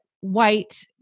white